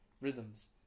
rhythms